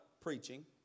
preaching